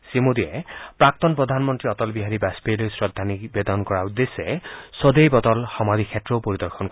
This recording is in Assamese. শ্ৰীমোদীয়ে লগতে প্ৰাক্তন প্ৰধানমন্ত্ৰী অটল বিহাৰী বাজপেয়ীলৈ শ্ৰদ্ধা নিবেদন কৰাৰ উদ্দেশ্য সদৈৱ অটল সমাধি ক্ষেত্ৰও পৰিদৰ্শন কৰে